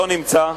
לא נמצא.